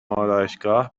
آرایشگاه